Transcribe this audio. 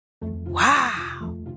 Wow